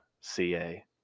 CA